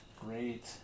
Great